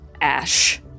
ash